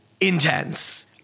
intense